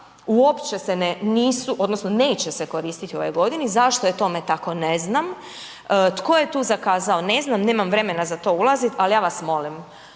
uopće se nisu odnosno neće se koristiti u ovoj godini, zašto je tome tako, ne znam, tko je tu zakazao, ne znam, nemam vremena za to ulaziti, ali ja vas molim.